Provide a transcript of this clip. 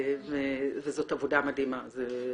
זו עבודה מדהימה.